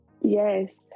yes